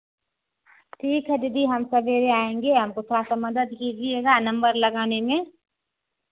ठीक है दीदी हम सवेरे आएँगे हमको थोड़ा सा मदद कीजिएगा नंबर लगाने में